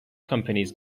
companies